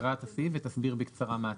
תקרא את הסעיף ותסביר בקצרה מה התיקון.